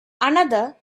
another